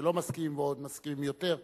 וכשלא מסכימים ועוד מסכימים יותר,